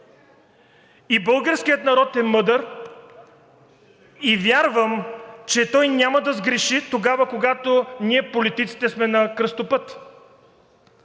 Българският народ е мъдър и вярвам, че той няма да сгреши, когато ние политиците сме на кръстопът!